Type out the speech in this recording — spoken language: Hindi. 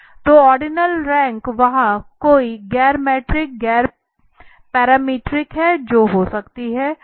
तो ओर्डिनल रैंक वहाँ कई गैर मीट्रिक गैर पैरामीट्रिक हैं जो हो सकती है